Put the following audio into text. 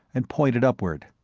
and pointed upward.